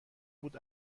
بود